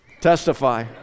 Testify